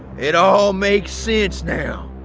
it all makes sense now.